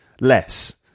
less